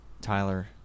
Tyler